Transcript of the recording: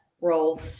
role